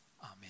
amen